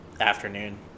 afternoon